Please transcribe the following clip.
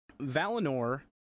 Valinor